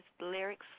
Lyrics